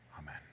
Amen